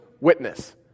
witness